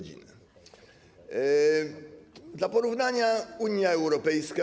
Dla porównania - Unia Europejska.